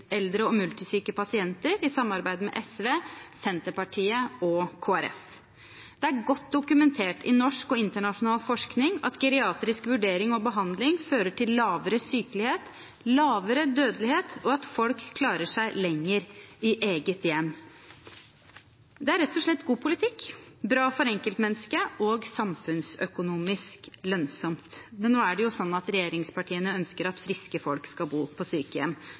eldre og multisyke pasienter, i samarbeid med SV, Senterpartiet og Kristelig Folkeparti. Det er godt dokumentert i norsk og internasjonal forskning at geriatrisk vurdering og behandling fører til lavere sykelighet og lavere dødelighet, og at folk klarer seg lenger i eget hjem. Det er rett og slett god politikk – bra for enkeltmennesket og samfunnsøkonomisk lønnsomt. Men nå er det jo sånn at regjeringspartiene ønsker at friske folk skal bo på sykehjem.